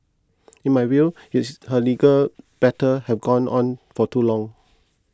in my view his her legal battle have gone on for too long